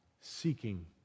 seeking